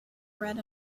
read